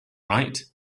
right